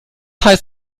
heißt